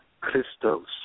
Christos